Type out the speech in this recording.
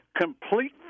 complete